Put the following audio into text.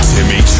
Timmy